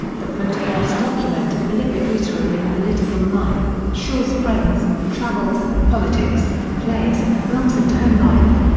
the photographs document a prolific literary and political life shaw's friends, travels, politics, plays, films and home life.